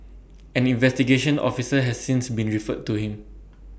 an investigation officer has since been referred to him